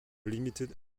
limited